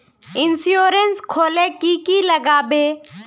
Insurance खोले की की लगाबे?